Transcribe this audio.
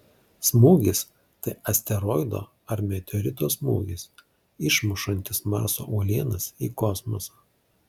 smūgis tai asteroido ar meteorito smūgis išmušantis marso uolienas į kosmosą